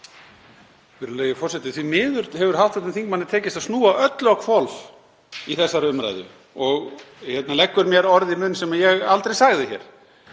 Virðulegi forseti. Því miður hefur hv. þingmanni tekist að snúa öllu á hvolf í þessari umræðu og leggur mér orð í munn sem ég aldrei sagði.